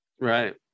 Right